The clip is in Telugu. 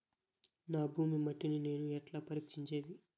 నా భూమి మట్టిని నేను ఎట్లా పరీక్షించేది?